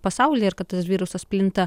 pasaulyje ir kad tas virusas plinta